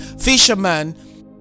fisherman